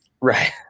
Right